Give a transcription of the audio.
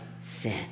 sin